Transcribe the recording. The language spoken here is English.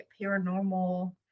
paranormal